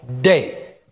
day